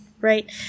right